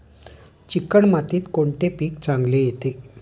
Chicken मातीत कोणते पीक चांगले येते?